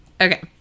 Okay